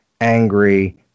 angry